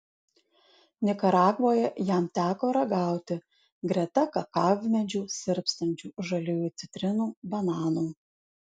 nikaragvoje jam teko ragauti greta kakavmedžių sirpstančių žaliųjų citrinų bananų